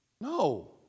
No